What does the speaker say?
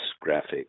graphic